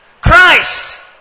Christ